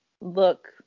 look